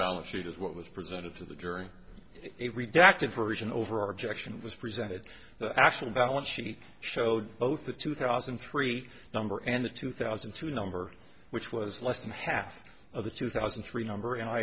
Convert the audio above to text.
balance sheet is what was presented to the jury a redacted version over objection was presented the actual balance sheet showed both the two thousand and three number and the two thousand and two number which was less than half of the two thousand three hundred and i